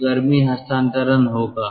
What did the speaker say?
तो गर्मी हस्तांतरण होगा